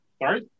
Sorry